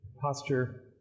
posture